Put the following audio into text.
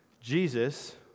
Jesus